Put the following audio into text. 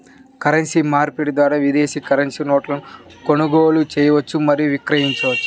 currency మార్పిడి ద్వారా విదేశీ కరెన్సీ నోట్లను కొనుగోలు చేయవచ్చు మరియు విక్రయించవచ్చు